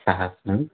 सहस्रं